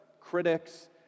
critics